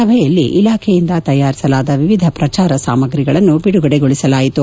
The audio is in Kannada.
ಸಭೆಯಲ್ಲಿ ಇಲಾಖೆಯಿಂದ ತಯಾರಿಸಲಾದ ವಿವಿಧ ಪ್ರಚಾರ ಸಾಮಗ್ರಿಗಳನ್ನು ಬಿಡುಗಡೆಗೊಳಿಸಲಾಯಿತು